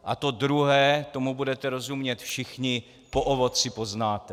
A to druhé, tomu budete rozumět všichni: Po ovoci poznáte je.